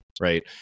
Right